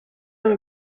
dans